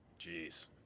Jeez